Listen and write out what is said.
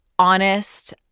honest